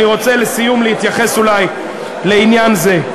אני רוצה לסיום להתייחס אולי לעניין זה.